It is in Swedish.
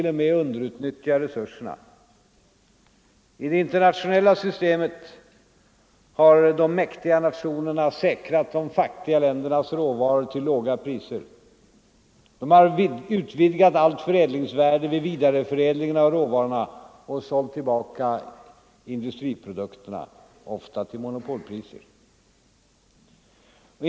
0. m. underutnyttjar resurserna. I det internationella systemet har de mäktiga nationerna tillförsäkrat sig de fattiga ländernas råvaror till låga priser ——-— har tillskansat sig allt förädlingsvärde vid vidareförädlingen av råvarorna och sålt tillbaka industriprodukterna, ofta till monopolpri Ser.